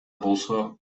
болсо